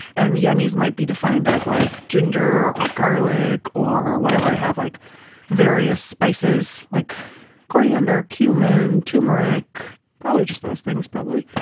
and yummies might be defined as like ginger or garlic or whatever i have like various spices like coriander, cumin turmeric, probably just those things probably,